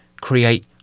Create